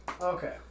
Okay